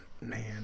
Man